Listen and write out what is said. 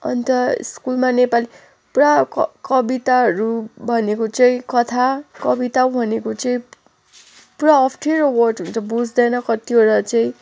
अन्त स्कुलमा नेपाली पुरा क कविताहरू भनेको चाहिँ कथा कविता भनेको चाहिँ पुरा अप्ठ्यारो वर्ड हुन्छ बुझ्दैन कतिवटा चाहिँ